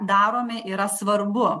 daromi yra svarbu